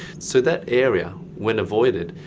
so that area, when avoided,